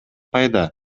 кайда